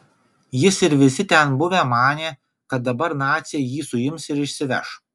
jis ir visi ten buvę manė kad dabar naciai jį suims ir išsiveš